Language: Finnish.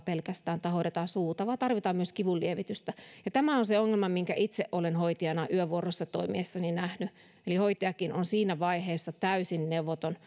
pelkästään asentohoitoa tai hoidetaan suuta vaan tarvitaan myös kivunlievitystä tämä on se ongelma minkä itse olen hoitajana yövuorossa toimiessani nähnyt eli hoitajakin on siinä vaiheessa täysin neuvoton